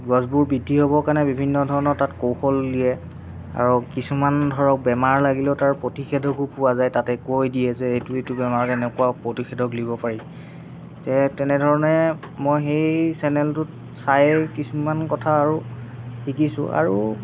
গছবোৰ বৃদ্ধি হ'ব কাৰণে বিভিন্ন ধৰণৰ তাত কৌশল উলিয়াই আৰু কিছুমান ধৰক বেমাৰ লাগিলেও তাৰ প্ৰতিষেধকো পোৱা যায় তাতেই কৈ দিয়ে যে এইটো এইটো বেমাৰ কাৰণে এনেকুৱা প্ৰতিষেধক দিব পাৰি তে তেনেধৰণে মই সেই চেনেলটোত চাইয়ে কিছুমান কথা আৰু শিকিছোঁ আৰু